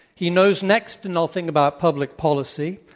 he knows next to nothing about public policy,